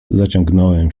zaciągnąłem